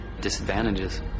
disadvantages